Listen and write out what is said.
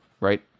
right